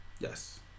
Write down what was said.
yes